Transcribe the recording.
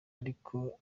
ariko